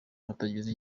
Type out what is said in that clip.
hatagize